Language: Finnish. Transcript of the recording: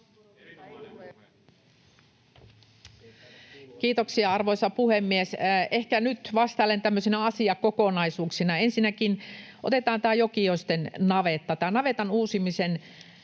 Kiitoksia, arvoisa puhemies! Ehkä nyt vastailen tämmöisinä asiakokonaisuuksina. Ensinnäkin otetaan tämä Jokioisten navetta. Tämän navetan uusimiseen